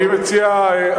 אני מציע,